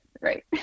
Right